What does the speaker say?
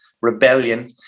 rebellion